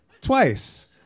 Twice